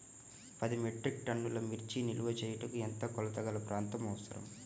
పది మెట్రిక్ టన్నుల మిర్చి నిల్వ చేయుటకు ఎంత కోలతగల ప్రాంతం అవసరం?